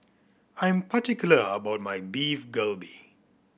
I am particular about my Beef Galbi